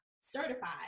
certified